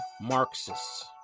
Marxists